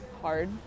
hard